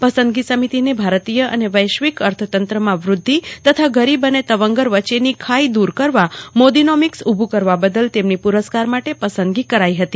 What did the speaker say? પસંદગી સમિતિને ભારતીય અને વૈશ્વિક અર્થતંત્રમાં વ્રદ્ધિ તથા ગરીબ અને તવંગર વચ્ચેની ખાઇ દૂર કરવા મોદિનોમિકસ ઉભું કરવા બદલ તેમની પુરસ્કાર માટે પસંદગી કરઇ હતી